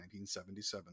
1977